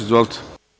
Izvolite.